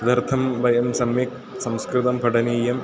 तदर्थं वयं सम्यक् संस्कृतं पठनीयम्